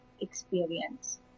experience